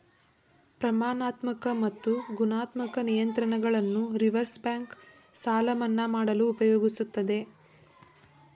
ಪ್ರಮಾಣಾತ್ಮಕ ಮತ್ತು ಗುಣಾತ್ಮಕ ನಿಯಂತ್ರಣಗಳನ್ನು ರಿವರ್ಸ್ ಬ್ಯಾಂಕ್ ಸಾಲ ಮನ್ನಾ ಮಾಡಲು ಉಪಯೋಗಿಸುತ್ತದೆ